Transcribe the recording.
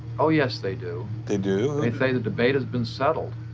oh, yes, they do. they do? they say the debate has been settled,